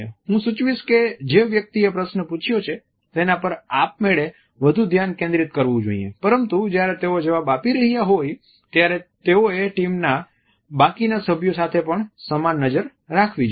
હું સૂચવીશ કે જે વ્યક્તિએ પ્રશ્ન પૂછ્યો છે તેના પર આપમેળે વધુ ધ્યાન કેન્દ્રિત કરવું જોઈએ પરંતુ જ્યારે તેઓ જવાબ આપી રહ્યાં હોય ત્યારે તેઓએ ટીમના બાકીના સભ્યો સાથે પણ સમાન નજર રાખવી જોઈએ